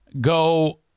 go